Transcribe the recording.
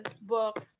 books